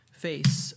face